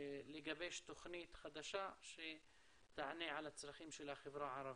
לגבש תוכנית חדשה שתענה על הצרכים של החברה הערבית.